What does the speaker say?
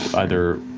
either